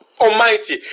Almighty